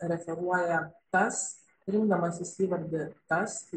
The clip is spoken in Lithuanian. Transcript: referuoja tas rinkdamasis įvardį tas